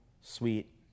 sweet